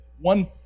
one